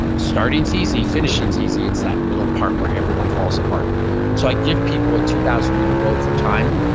starting's easy, finishing is easy. it's that middle part where everyone falls apart and so i give people a two thousand meter row for time,